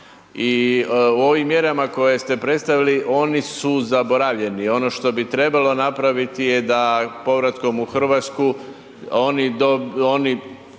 i u ovim mjerama koje ste predstavili oni su zaboravljeni. Oni što bi trebalo napraviti da povratkom u Hrvatsku oni